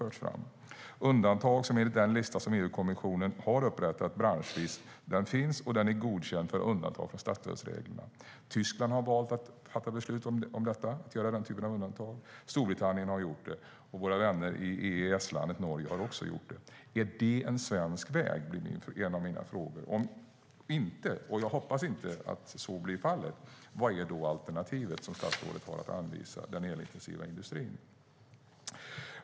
Det är undantag som finns, enligt den lista som EU-kommissionen har upprättat branschvis, och som är godkända för undantag från statsstödsreglerna. Tyskland har valt att fatta beslut om att göra den typen av undantag. Storbritannien har gjort det, och våra vänner i EES-landet Norge har också gjort det. Är det en svensk väg? Om inte - jag hoppas inte att så blir fallet - vilka alternativ ser statsrådet för den elintensiva industrin?